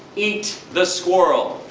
eat the squirrel.